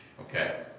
Okay